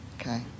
okay